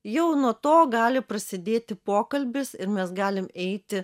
jau nuo to gali prasidėti pokalbis ir mes galim eiti